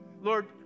Lord